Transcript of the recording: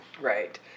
Right